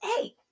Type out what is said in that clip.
Hey